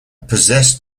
possessed